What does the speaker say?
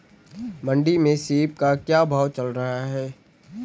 मंडी में सेब का क्या भाव चल रहा है?